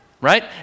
right